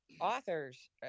authors